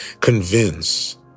Convince